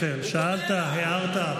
חבר הכנסת שטרן, שאלת, הערת?